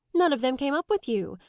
none of them came up with you!